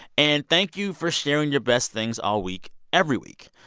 and thank you for sharing your best things all week every week.